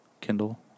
Kindle